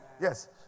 Yes